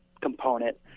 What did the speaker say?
component